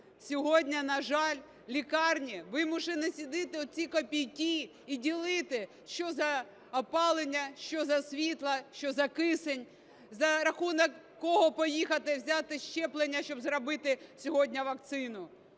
Сьогодні, на жаль, лікарні вимушені цідити оці копійки і ділити: що за опалення, що за світло, що за кисень, за рахунок кого поїхати взяти щеплення, щоб зробити сьогодні вакцину.